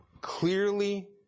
clearly